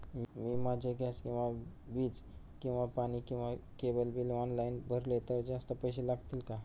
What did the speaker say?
मी माझे गॅस किंवा वीज किंवा पाणी किंवा केबल बिल ऑनलाईन भरले तर जास्त पैसे लागतील का?